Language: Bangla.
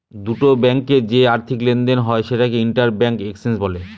দুটো ব্যাঙ্কে যে আর্থিক লেনদেন হয় সেটাকে ইন্টার ব্যাঙ্ক এক্সচেঞ্জ বলে